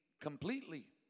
completely